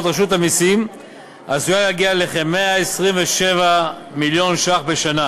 רשות המסים עשויה להגיע לכ-127 מיליון ש"ח בשנה,